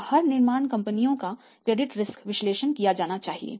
अब हर निर्माण कंपनियों का क्रेडिट रिस्क विश्लेषण किया जाना चाहिए